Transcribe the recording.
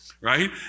right